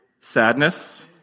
Sadness